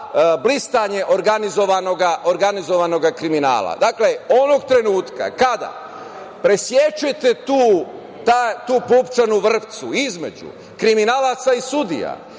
blistanje organizovanog kriminala. Dakle, onog trenutka, kada presečete tu pupčanu vrpcu između kriminalaca i sudija,